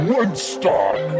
Woodstock